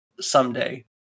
someday